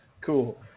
cool